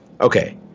okay